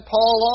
Paul